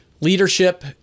Leadership